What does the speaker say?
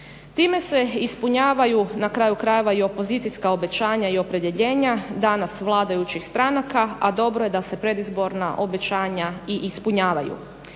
Time se ispunjavaju na kraju krajeva i opozicijska obećanja i opredjeljenja danas vladajućih stranaka, a dobro je da se predizborna obećanja i ispunjavaju.